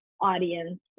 audience